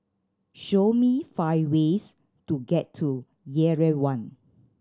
show me five ways to get to Yerevan